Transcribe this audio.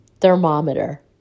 thermometer